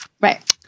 Right